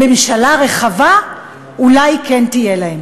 ממשלה רחבה אולי כן תהיה לה.